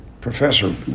professor